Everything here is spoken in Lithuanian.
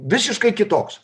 visiškai kitoks